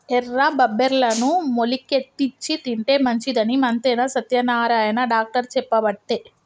ఎర్ర బబ్బెర్లను మొలికెత్తిచ్చి తింటే మంచిదని మంతెన సత్యనారాయణ డాక్టర్ చెప్పబట్టే